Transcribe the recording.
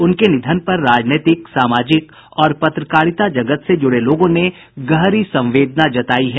उनके निधन पर राजनैतिक सामाजिक और पत्रकारिता जगत से जुड़े लोगों ने गहरी संवेदना जतायी है